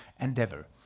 endeavor